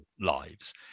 lives